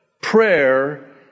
prayer